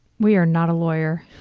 we are not a lawyer.